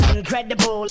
Incredible